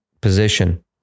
position